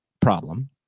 problem